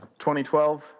2012